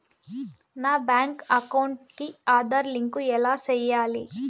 నా bank account కి Aadhaar link ఎలా సేయాలి